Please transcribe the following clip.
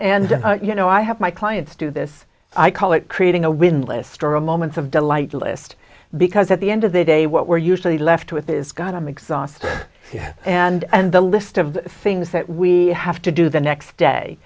and you know i have my clients do this i call it creating a wind list or a moment of delight a list because at the end of the day what we're usually left with is god i'm exhausted and the list of things that we have to do the next day